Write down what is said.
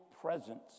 presence